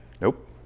Nope